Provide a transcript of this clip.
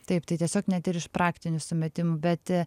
taip tai tiesiog net iš praktinių sumetimų bet